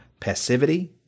passivity